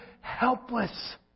helpless